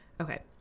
okay